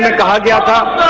ah da da da